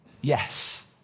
yes